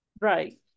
Right